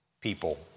people